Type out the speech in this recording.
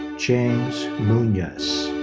james munoz.